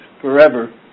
forever